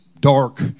dark